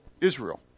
Israel